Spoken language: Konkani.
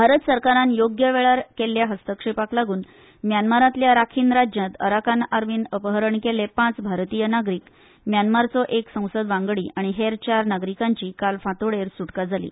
भारत सरकारान योग्य वेळार केल्ल्या हस्तक्षेपाक लागून म्यानमारांतल्या राखीन राज्यांतल्या अराकान आर्मीन अपहरण केल्ले पांच भारतीय नागरीक म्यानमारचो एक संसद वांगडी आनी हेर चार नागरिकांची काल फांतोडेर सुटका जाली